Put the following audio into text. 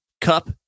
Cup